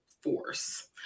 force